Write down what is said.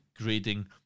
grading